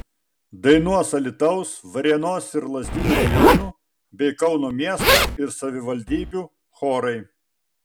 dainuos alytaus varėnos ir lazdijų rajonų bei kauno miesto ir savivaldybių chorai